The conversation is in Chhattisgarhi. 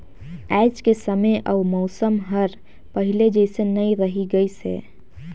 आयज के समे अउ मउसम हर पहिले जइसन नइ रही गइस हे